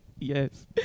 yes